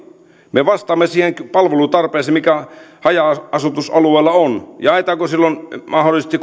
me vastaamme siihen palvelutarpeeseen mikä haja asutusalueilla on jaetaanko silloin mahdollisesti